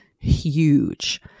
huge